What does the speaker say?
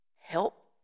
help